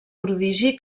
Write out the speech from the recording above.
prodigi